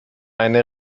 eine